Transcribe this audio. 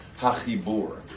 hachibur